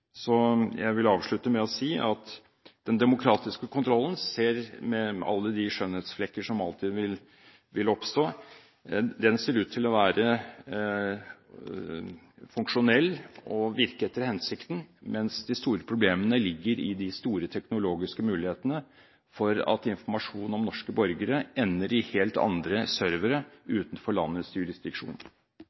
Jeg vil avslutte med å si at den demokratiske kontrollen, med alle de skjønnhetsflekker som alltid vil oppstå, ser ut til å være funksjonell og virke etter hensikten, mens de store problemene ligger i de store teknologiske mulighetene for at informasjon om norske borgere ender i helt andre servere utenfor landets jurisdiksjon.